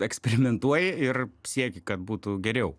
eksperimentuoji ir sieki kad būtų geriau